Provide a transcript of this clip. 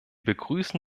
begrüßen